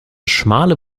schmale